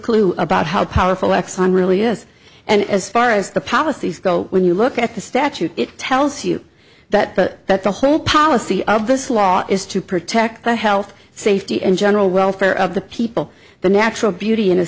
clue about how powerful exxon really is and as far as the policies go when you look at the statute it tells you that but that the whole policy of this law is to protect the health safety and general welfare of the people the natural beauty in a